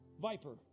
viper